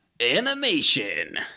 Animation